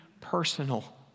personal